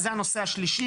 זה הנושא השלישי